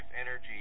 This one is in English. energy